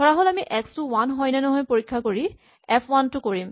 ধৰাহ'ল প্ৰথমে আমি এক্স টো ৱান হয় নে নহয় পৰীক্ষা কৰি এফ ৱান টো কৰিম